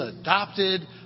adopted